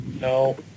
No